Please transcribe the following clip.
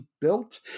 built